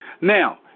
Now